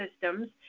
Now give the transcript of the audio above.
systems